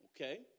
Okay